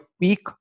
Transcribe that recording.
peak